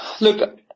Look